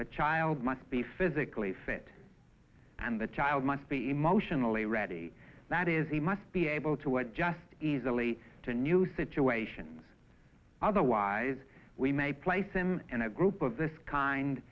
the child must be physically fit and the child must be emotionally ready that is he must be able to adjust easily to new situations otherwise we may place him in a group of this kind